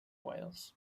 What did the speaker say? wales